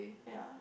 yeah